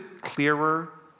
clearer